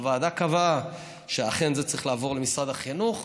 הוועדה קבעה שאכן זה צריך לעבור למשרד החינוך,